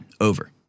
Over